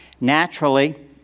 Naturally